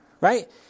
Right